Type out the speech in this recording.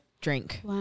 drink